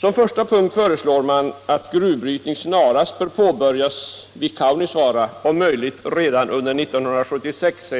Som första punkt föreslår motionärerna att gruvbrytning snarast påbörjas vid Kaunisvaara, om möjligt redan under 1976.